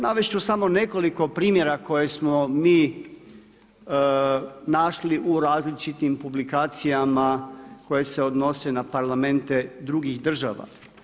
Navest ću samo nekoliko primjera koje smo mi našli u različitim publikacijama koje se odnose na parlamente drugih država.